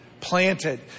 Planted